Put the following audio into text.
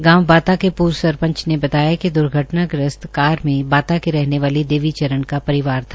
गांव बाता के पूर्व सरपंच ने बताया कि दुर्घटनाग्रस्त कार में बाता के रहने वाले देवीचरण का परिवार था